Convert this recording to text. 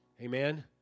Amen